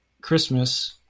Christmas